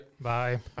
Bye